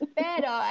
pero